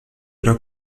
era